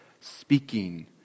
speaking